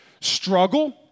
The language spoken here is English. struggle